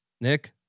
Nick